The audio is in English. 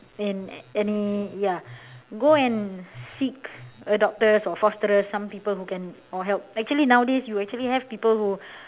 in any ya go and seek adopters or fosterers some people who can or help actually nowadays you actually have people who